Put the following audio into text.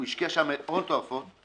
הוא השקיע שם הון תועפות,